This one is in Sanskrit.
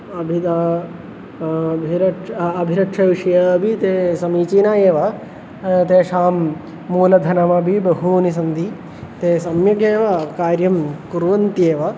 अभिधा अभिरक्ष् अभिरक्षविषयापि ते समीचीना एव तेषां मूलधनमपि बहूनि सन्ति ते सम्यगेव कार्यं कुर्वन्त्येव